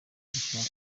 dushaka